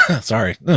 Sorry